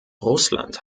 russland